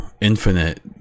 infinite